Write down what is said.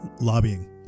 lobbying